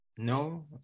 no